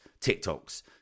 tiktoks